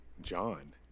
john